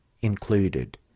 included